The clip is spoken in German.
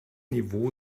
niveau